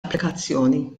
applikazzjoni